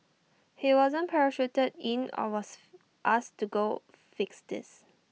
he wasn't parachuted in or was asked to go fix this